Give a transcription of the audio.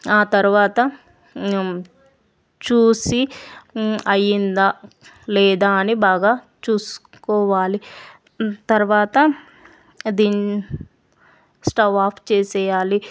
ఆ తర్వాత చూసి అయ్యిందా లేదా అని బాగా చూస్కోవాలి తర్వాత దిన్ స్టవ్ ఆఫ్ చేసెయ్యాలి